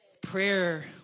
Prayer